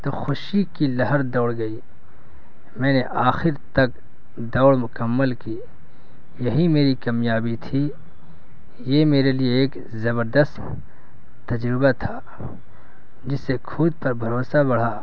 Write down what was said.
تو خوشی کی لہر دوڑ گئی میں نے آخر تک دوڑ مکمل کی یہی میری کامیابی تھی یہ میرے لیے ایک زبردست تجربہ تھا جس سے خود پر بھروسہ بڑھا